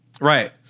Right